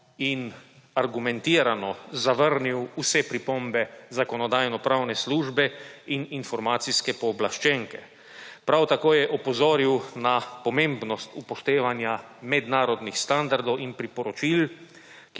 in argumentirano zavrnil vse pripombe Zakonodajno-pravne službe in informacijske pooblaščenke. Prav tako je opozoril na pomembnost upoštevanja mednarodnih standardov in priporočil,